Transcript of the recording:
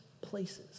Places